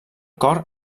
cor